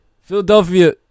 Philadelphia